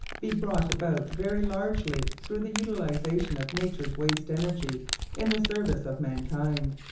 be brought about very largely through the utilisation of nature's waste energy in the service of mankind.